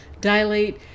dilate